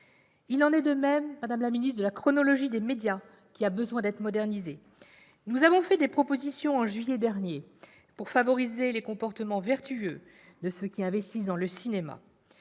Il en est de même, madame la ministre, de la chronologie des médias, qui a besoin d'être modernisée. Nous avons fait des propositions en juillet dernier pour favoriser les comportements vertueux de ceux qui investissent dans le cinéma.